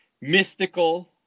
mystical